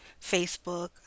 Facebook